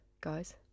guys